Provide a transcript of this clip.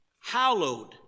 Hallowed